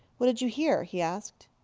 what did you hear? he asked.